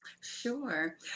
Sure